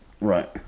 Right